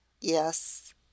Yes